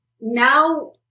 now